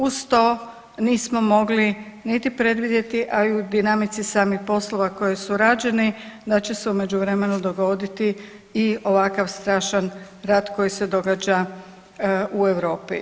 Uz to, nismo mogli niti predvidjeti, a i u dinamici samih poslova koji su rađeni da će se u međuvremenu dogoditi i ovakav strašan rat koji se događa u Europi.